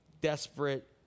desperate